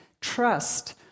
trust